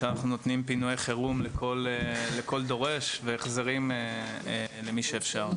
אנחנו נותנים פינויי חירום לכל דורש והחזרים למי שאפשר.